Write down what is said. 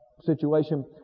situation